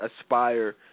aspire